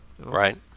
Right